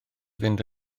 fynd